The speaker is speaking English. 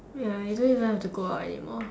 ya you don't even have to go out anymore